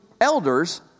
elders